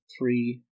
three